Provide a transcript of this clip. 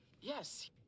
Yes